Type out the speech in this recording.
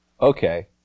Okay